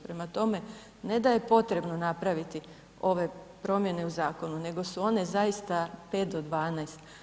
Prema tome, ne da je potrebno napraviti ove promjene u zakonu, nego su one zaista 5 do 12.